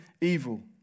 evil